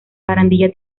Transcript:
barandilla